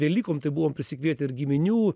velykom tai buvom prisikvietę ir giminių